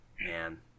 Man